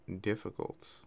difficult